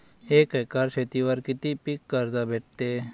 एक एकर शेतीवर किती पीक कर्ज भेटते?